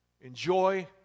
Enjoy